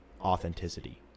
authenticity